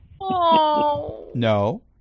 no